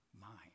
mind